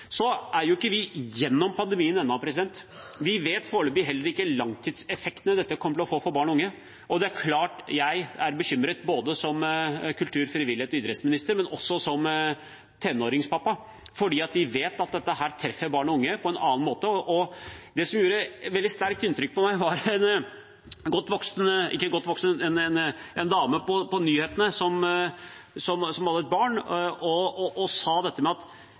er jo ikke igjennom pandemien ennå. Vi vet foreløpig ikke hvilke langtidseffekter dette kommer til å få for barn og unge. Jeg er bekymret både som kultur-, frivillighets- og idrettsminister og som tenåringspappa, for vi vet at dette treffer barn og unge på en annen måte. Noe som gjorde et veldig sterkt inntrykk på meg, var en dame i nyhetene som hadde et barn og sa at hun var bekymret for denne 3–4-åringen, som ikke hadde hatt noen annen virkelighet og ikke visste hva en normalsituasjon er. Langtidseffektene av at